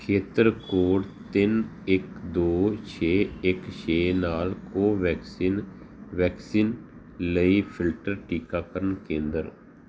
ਖੇਤਰ ਕੋਡ ਤਿੰਨ ਇੱਕ ਦੋ ਛੇ ਇੱਕ ਛੇ ਨਾਲ ਕੋਵੈਕਸਿਨ ਵੈਕਸੀਨ ਲਈ ਫਿਲਟਰ ਟੀਕਾਕਰਨ ਕੇਂਦਰ